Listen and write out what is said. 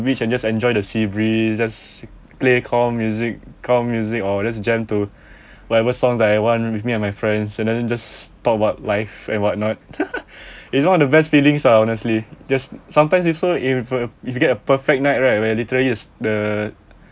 beach and just enjoy the sea breeze just play calm music calm music or just jam to whatever songs that I want with me and my friends and then just talk about life and whatnot is one of the best feelings ah honestly just sometimes if so if have a if you get a perfect night right where literally is the